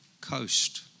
coast